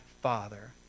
Father